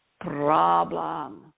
problem